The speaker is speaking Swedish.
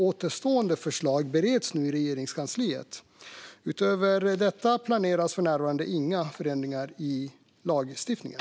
Återstående förslag bereds nu i Regeringskansliet. Utöver detta planeras för närvarande inga förändringar i lagstiftningen.